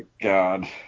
God